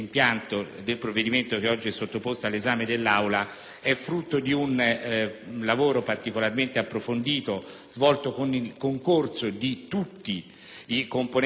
è frutto di un lavoro particolarmente approfondito, svolto con il concorso di tutti i componenti (prima del Comitato ristretto e poi delle Commissioni riunite